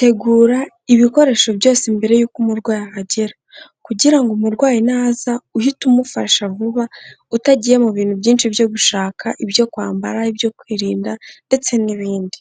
tegura ibikoresho byose mbere y'uko umurwayi ahagera, kugira ngo umurwayi naza uhite umufasha vuba, utagiye mu bintu byinshi byo gushaka ibyo kwambara, ibyo kwirinda ndetse n'ibindi.